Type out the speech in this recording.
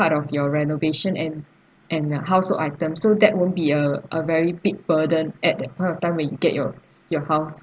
part of your renovation and and uh household items so that won't be a a very big burden at that point of time when you get your your house